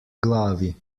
glavi